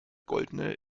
goldene